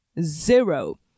Zero